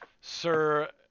sir